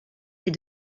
est